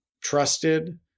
trusted